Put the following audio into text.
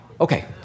Okay